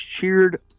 cheered